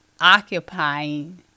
occupying